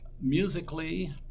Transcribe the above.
Musically